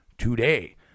Today